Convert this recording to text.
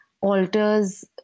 alters